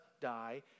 die